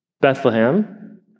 Bethlehem